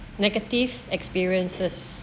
negative experiences